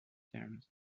terms